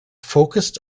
focused